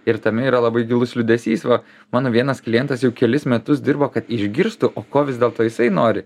ir tame yra labai gilus liūdesys va mano vienas klientas jau kelis metus dirbo kad išgirstų o ko vis dėlto jisai nori